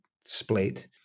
split